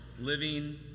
living